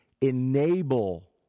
enable